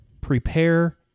prepare